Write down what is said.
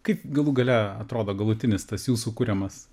kaip galų gale atrodo galutinis tas jūsų kuriamas